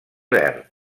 verd